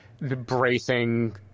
bracing